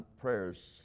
prayers